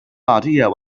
idea